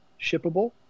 shippable